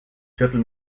viertel